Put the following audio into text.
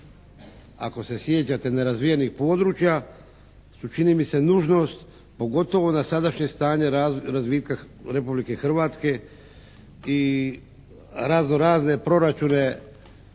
ako se sjećate nerazvijenih područja su čini mi se nužnost pogotovo na sadašnje stanje razvitka Republike Hrvatske i razno razne proračune